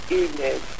evening